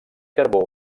carbó